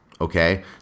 Okay